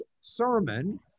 sermon